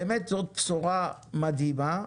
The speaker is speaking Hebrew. זאת באמת בשורה מדהימה,